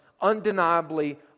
undeniably